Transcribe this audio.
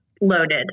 loaded